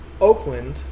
Oakland